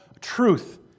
truth